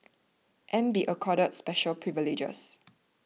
and be accorded special privileges